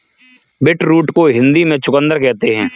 beetroot को हिंदी में चुकंदर कहते हैं